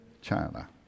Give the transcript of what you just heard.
China